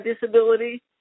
disability